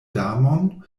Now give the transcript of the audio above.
damon